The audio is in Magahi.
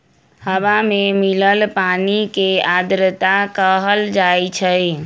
हवा में मिलल पानी के आर्द्रता कहल जाई छई